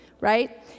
right